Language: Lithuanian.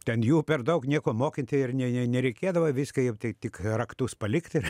ten jų per daug nieko mokint ir ne ne nereikėdavo viską jiem tai tik raktus palikt ir